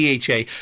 DHA